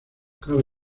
cabe